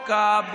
זה מס,